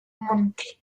monte